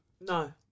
No